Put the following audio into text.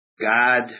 God